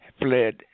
fled